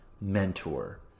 mentor